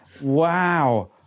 Wow